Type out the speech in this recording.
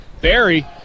Barry